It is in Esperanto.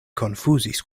konfuzis